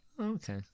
Okay